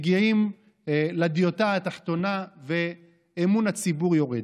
מגיעים לדיותא התחתונה ואמון הציבור יורד.